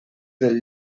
del